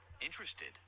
Interested